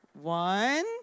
One